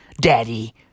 Daddy